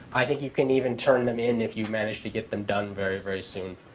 i think you can even turn them in if you've managed to get them done very, very soon.